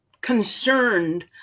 concerned